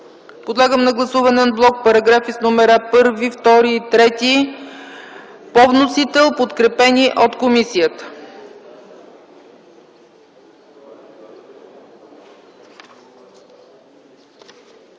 Подлагам на гласуване ан блок параграфи 1, 2 и 3 по вносител, подкрепени от комисията.